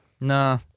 Nah